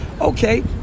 Okay